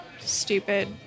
stupid